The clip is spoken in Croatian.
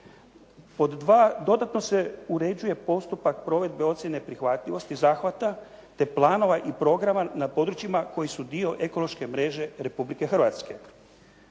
Pod dva, dodatno se uređuje postupak provedbe ocjene prihvatljivosti zahvata, te planova i programa na područjima koji su dio ekološke mreže Republike Hrvatske.